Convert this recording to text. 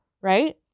right